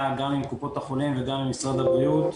גם עם קופות החולים וגם עם משרד הבריאות,